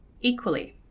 equally